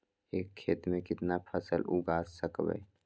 एक खेत मे केतना फसल उगाय सकबै?